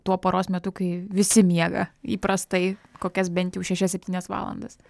tuo paros metu kai visi miega įprastai kokias bent jau šešias septynias valandas